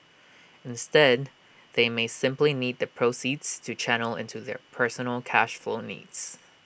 instead they may simply need the proceeds to channel into their personal cash flow needs